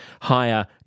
higher